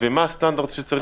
ומצד שני,